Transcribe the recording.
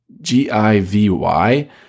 G-I-V-Y